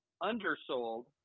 undersold